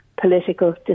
political